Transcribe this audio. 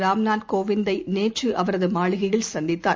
ராம்நாத் கோவிந்தைநேற்றுஅவரதுமாளிகையில் சந்தித்தார்